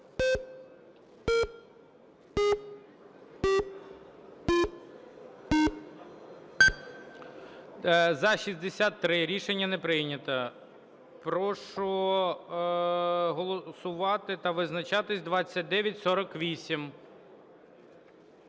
За-63 Рішення не прийнято. Прошу голосувати та визначатись. 2948.